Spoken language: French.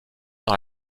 dans